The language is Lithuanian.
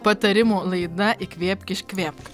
patarimų laida įkvėpk iškvėpk